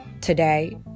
today